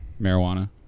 Marijuana